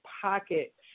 pocket